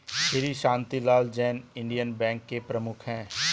Shri Shantilal Jain Indian bank के प्रमुख है